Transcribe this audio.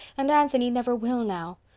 and anthony never will now.